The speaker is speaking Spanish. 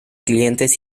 clientes